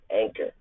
Anchor